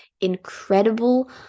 incredible